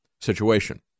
situation